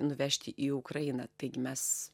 nuvežti į ukrainą taigi mes